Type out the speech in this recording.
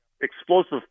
explosive